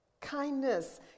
kindness